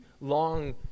long